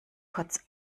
kurz